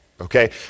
okay